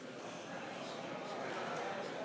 עטאונה,